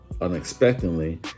unexpectedly